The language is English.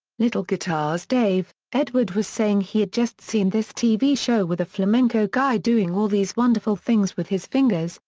little guitars dave edward was saying he'd just seen this tv show with a flamenco guy doing all these wonderful things with his fingers,